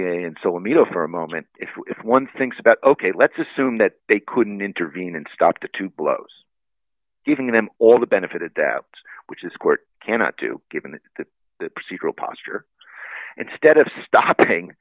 and so let me go for a moment if one thinks about ok let's assume that they couldn't intervene and stop the two blows giving them all the benefit that which is court cannot do given the procedural posture instead of stopping